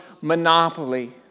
Monopoly